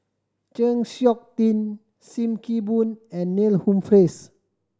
Chng Seok Tin Sim Kee Boon and Neil Humphreys